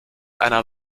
einer